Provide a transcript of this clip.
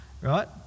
Right